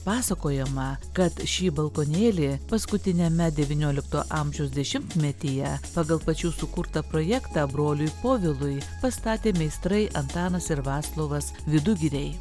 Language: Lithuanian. pasakojama kad šį balkonėlį paskutiniame devyniolikto amžiaus dešimtmetyje pagal pačių sukurtą projektą broliui povilui pastatė meistrai antanas ir vaclovas vidugiriai